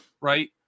right